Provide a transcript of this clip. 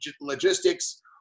logistics